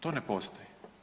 To ne postoji.